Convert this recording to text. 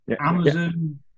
Amazon